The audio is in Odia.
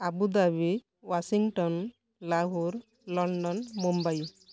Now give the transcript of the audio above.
Abu Dhabi Washington Lahore London Mumbai